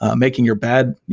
ah making your bed.